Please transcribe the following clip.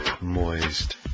Moist